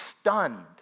stunned